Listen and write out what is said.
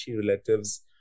relatives